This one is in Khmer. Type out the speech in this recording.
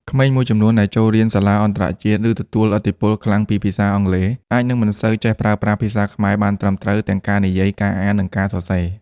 ក្មេងមួយចំនួនដែលចូលរៀនសាលាអន្តរជាតិ ឬទទួលឥទ្ធិពលខ្លាំងពីភាសាអង់គ្លេស អាចនឹងមិនសូវចេះប្រើប្រាស់ភាសាខ្មែរបានត្រឹមត្រូវទាំងការនិយាយ ការអាន និងការសរសេរ។